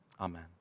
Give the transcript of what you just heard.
amen